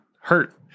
hurt